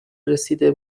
رسیده